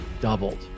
Doubled